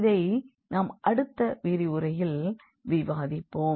இதை நாம் அடுத்த விரிவுரையில் விவாதிப்போம்